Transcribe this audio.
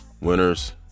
Winners